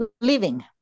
living